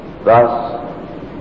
Thus